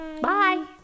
Bye